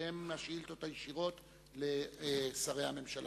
שהן השאילתות הישירות לשרי הממשלה.